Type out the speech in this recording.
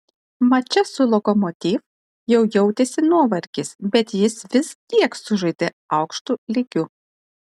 mače su lokomotiv jau jautėsi nuovargis bet jis vis tiek sužaidė aukštu lygiu